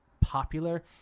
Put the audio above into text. popular